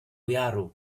jaru